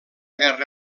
guerra